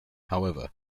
however